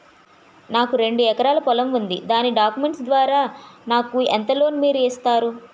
నాకు రెండు ఎకరాల పొలం ఉంది దాని డాక్యుమెంట్స్ ద్వారా నాకు ఎంత లోన్ మీరు ఇస్తారు?